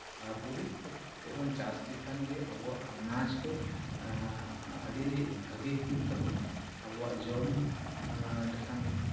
ᱟᱨ ᱜᱩᱨᱤᱡ ᱠᱷᱚᱛ ᱛᱮᱵᱚᱱ ᱪᱟᱥ ᱞᱮᱠᱷᱟᱱ ᱜᱮ ᱟᱵᱚᱣᱟᱜ ᱟᱱᱟᱡᱽ ᱠᱚ ᱟᱹᱰᱤ ᱵᱷᱟᱹᱜᱤ ᱦᱩᱭᱩᱜ ᱛᱟᱵᱚᱱᱟ ᱟᱵᱚᱣᱟᱜ ᱡᱚᱢ ᱞᱮᱠᱷᱟᱱ